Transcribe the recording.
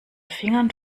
fingern